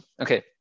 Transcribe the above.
Okay